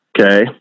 Okay